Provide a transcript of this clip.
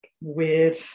weird